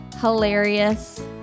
hilarious